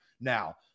now